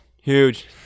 Huge